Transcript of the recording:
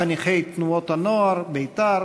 חניכי תנועות הנוער בית"ר